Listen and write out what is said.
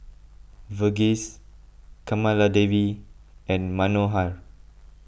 Verghese Kamaladevi and Manohar